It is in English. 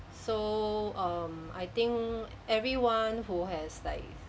so um I think everyone who has like